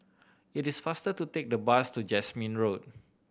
it is faster to take the bus to Jasmine Road